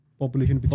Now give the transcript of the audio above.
population